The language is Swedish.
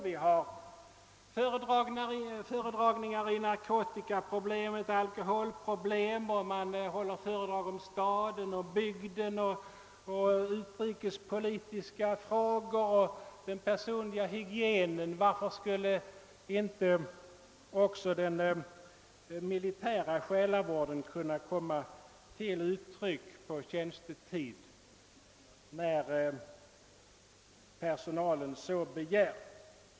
Det gäller t.ex. föredrag om narkotikaoch alkobolproblem, om staden och bygden, utrikespolitiska frågor, den personliga hygienen 0. s. v. Varför skulle inte också den militära själavården få komma till uttryck på tjänstetid när personalen så begär?